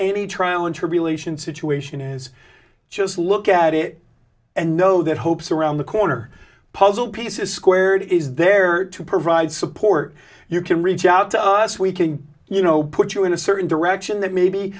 any trial and tribulation situation is just look at it and know that hope's around the corner puzzle pieces squared is there to provide support you can reach out to us we can you know put you in a certain direction that maybe